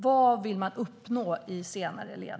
Vad vill man uppnå i senare led?